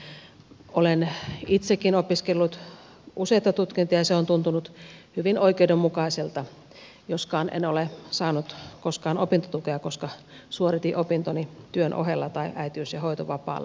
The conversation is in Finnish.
olen itsekin opiskellut useita tutkintoja ja se on tuntunut hyvin oikeudenmukaiselta joskaan en ole saanut koskaan opintotukea koska suoritin opintoni työn ohella tai äitiys ja hoitovapaalla